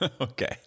Okay